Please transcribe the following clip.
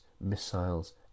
missiles